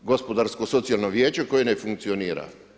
Gospodarsko socijalno vijeće koje ne funkcionira?